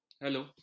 Hello